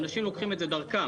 ואנשים לוקחים את זה דרכם.